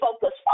focus